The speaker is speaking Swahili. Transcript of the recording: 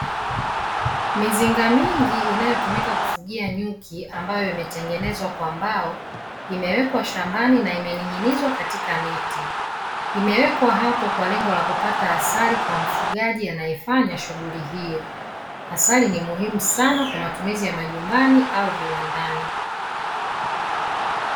Mizinga mingi inayotumika kufugia nyuki, ambayo imetengenezwa kwa mbao; imewekwa shambani na imeninginizwa katika miti. Imewekwa hapo kwa lengo la kupata asali kwa mfugaji anayefanya shughuli hiyo. Asali ni muhimu sana kwa matumizi ya majumbani au viwandani.